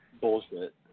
bullshit